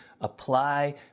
apply